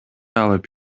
алып